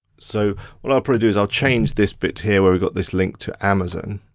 so what i'll probably do is i'll change this bit here where we've got this link to amazon.